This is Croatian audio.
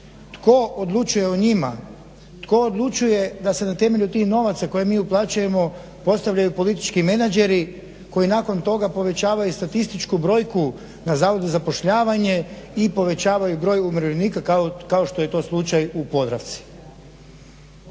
tko odlučuje o njima, tko odlučuje da se na temelju tih novaca koje mi uplaćujemo postavljaju politički menadžeri koji nakon toga povećavaju statističku brojku na zavodu za zapošljavanje i povećavaju broj umirovljenika kao što je to slučaj u Podravci.